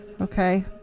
Okay